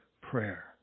prayer